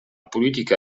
política